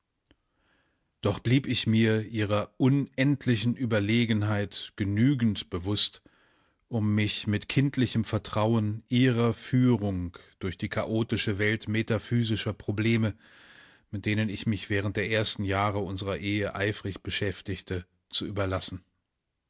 doch blieb ich mir ihrer unendlichen überlegenheit genügend bewußt um mich mit kindlichem vertrauen ihrer führung durch die chaotische welt metaphysischer probleme mit denen ich mich während der ersten jahre unserer ehe eifrig beschäftigte zu überlassen